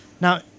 Now